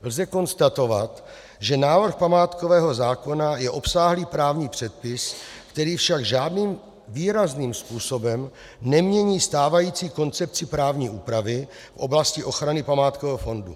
Lze konstatovat, že návrh památkového zákona je obsáhlý právní předpis, který však žádným výrazným způsobem nemění stávající koncepci právní úpravy v oblasti ochrany památkového fondu.